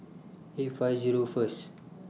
eight five Zero First